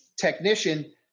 technician